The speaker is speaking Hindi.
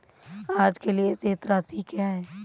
आज के लिए शेष राशि क्या है?